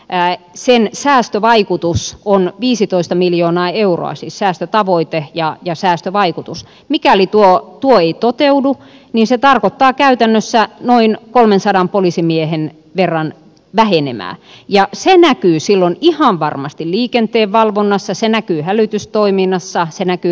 enää sen säästövaikutus on viisitoista miljoonaa euroa siis säästötavoite ja jos säästövaikutus mikäli tuhottu ei toteudu niin se tarkoittaa käytännössä noin kolmensadan poliisimiehen verran vähenemää ja se näkyisi on ihan varmasti liikenteenvalvonnassa se näkyy hälytystoiminnassa se näkyy